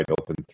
open